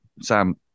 Sam